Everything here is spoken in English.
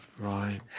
Right